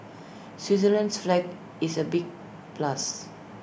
Switzerland's flag is A big plus